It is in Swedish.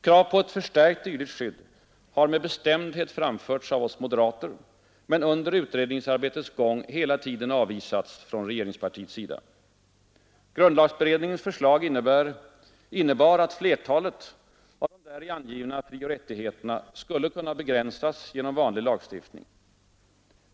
Krav på ett förstärkt dylikt skydd har med bestämdhet framförts av oss moderater men under hela utredningsarbetets gång avvisats av regeringspartiet. Grundlagberedningens förslag innebar att flertalet av de däri angivna frioch rättigheterna skulle kunna begränsas genom vanlig lagstiftning.